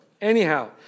Anyhow